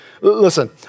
Listen